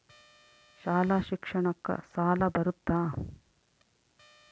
ಶಾಲಾ ಶಿಕ್ಷಣಕ್ಕ ಸಾಲ ಬರುತ್ತಾ?